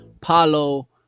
Paulo